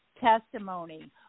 testimony